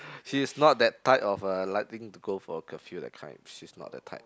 she's not that type of a liking to go for a curfew that kind she's not that type